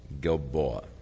Gilboa